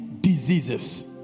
diseases